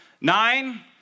Nine